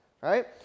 Right